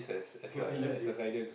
you cannot use this